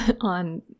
on